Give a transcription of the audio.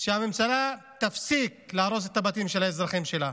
שהממשלה תפסיק להרוס את הבתים של האזרחים שלה.